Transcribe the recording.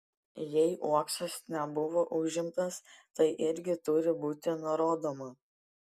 jei uoksas nebuvo užimtas tai irgi turi būti nurodoma